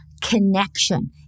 connection